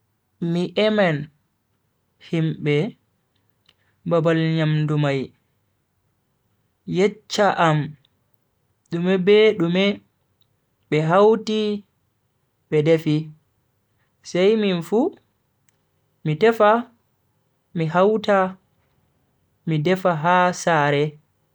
Mi emen himbe babal nyamdu mai yeccha am dume be dume be hauti be defi sai minfu mi tefa mi hauta mi defa ha sare.